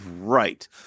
right